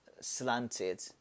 slanted